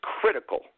critical